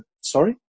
sorry